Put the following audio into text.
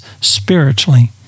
spiritually